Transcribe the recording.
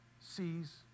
sees